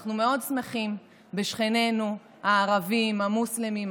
אנחנו מאוד שמחים בשכנינו הערבים המוסלמים,